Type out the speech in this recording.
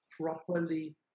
properly